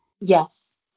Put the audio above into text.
Yes